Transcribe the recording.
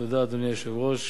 תודה, אדוני היושב-ראש.